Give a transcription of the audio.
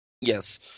Yes